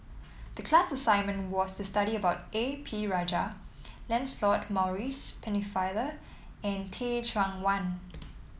the class assignment was to study about A P Rajah Lancelot Maurice Pennefather and Teh Cheang Wan